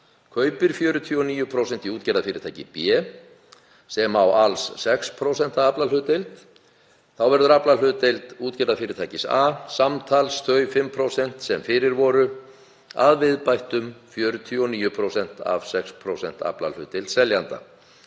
kaupir 49% í útgerðarfyrirtæki B sem á alls 6% aflahlutdeild verður heildaraflahlutdeild útgerðarfyrirtækis A samtals þau 5% sem fyrir voru að viðbættum 49% af 6% aflahlutdeild seljanda,